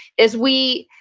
is we,